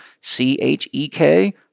C-H-E-K